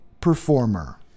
performer